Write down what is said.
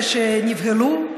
שנבהלו,